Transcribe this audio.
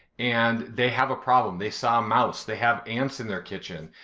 and they have a problem. they saw a mouse, they have ants in their kitchen,